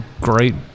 great